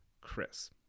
Chris